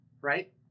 right